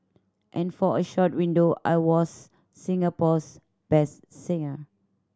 and for a short window I was Singapore's best singer